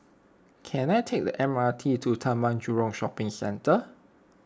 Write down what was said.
can I take the M R T to Taman Jurong Shopping Centre